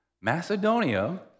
Macedonia